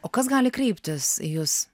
o kas gali kreiptis į jus